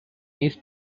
east